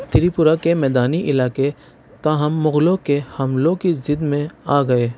تریپورہ کے میدانی علاقے تاہم مغلوں کے حملوں کی زد میں آ گئے